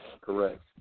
correct